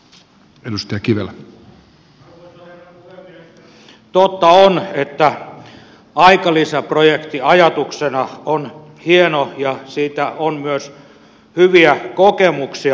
totta on että aikalisä projekti ajatuksena on hieno ja siitä on myös hyviä kokemuksia